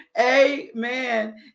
amen